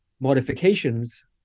modifications